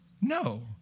No